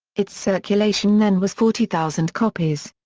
its circulation then was forty thousand copies.